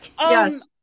yes